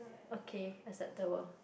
okay acceptable